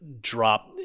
drop